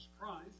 Christ